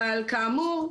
אבל כאמור,